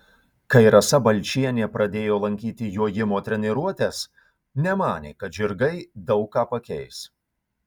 kai rasa balčienė pradėjo lankyti jojimo treniruotes nemanė kad žirgai daug ką pakeis